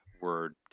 word